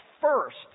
first